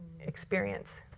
experience